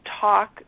talk